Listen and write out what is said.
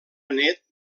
nét